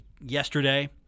yesterday